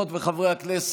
אם כן, בעד, 15,